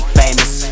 famous